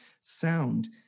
sound